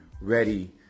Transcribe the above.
ready